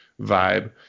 vibe